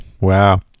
wow